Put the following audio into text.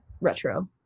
retro